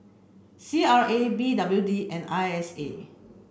C R A B W D and I S A